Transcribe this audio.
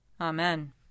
Amen